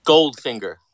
Goldfinger